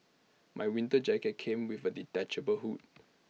my winter jacket came with A detachable hood